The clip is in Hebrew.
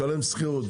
משלם שכירות,